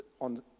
on